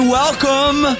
welcome